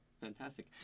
Fantastic